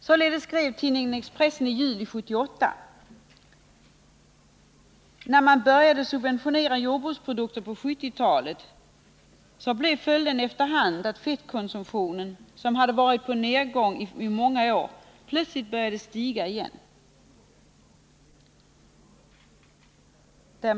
Tidningen Expressen skrev i juli 1978 följande: När man började subventionera jordbruksprodukter på 1970-talet blev följden efter hand att fettkonsumtionen, som varit på nedgång i många år, plötsligt började stiga igen.